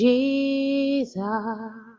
Jesus